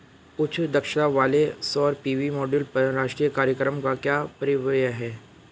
उच्च दक्षता वाले सौर पी.वी मॉड्यूल पर राष्ट्रीय कार्यक्रम का परिव्यय क्या है?